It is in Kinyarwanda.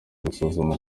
gusuzuma